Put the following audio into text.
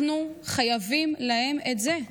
אנחנו חייבים להם את זה.